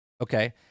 okay